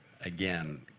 again